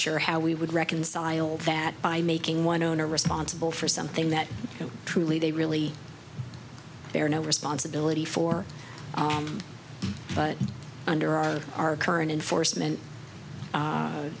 how we would reconcile that by making one owner responsible for something that truly they really bear no responsibility for but under our our current enforcement